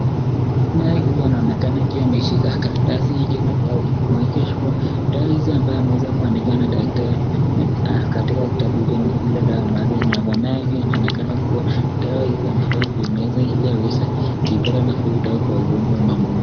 Naye huyu anaonekana akiwa ameshika karatasi hicho na dawa hio kumaanisha kuwa dawa hizo ambazo ameweza kuandikiwa na daktari na katika kitabu hicho ni hilo dawa naye huyo anaonekana kuwa dawa hizo anafaa kuimeza ili aweze kupata nafaa kutoka kwa ugonjwa unaomuuma.